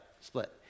split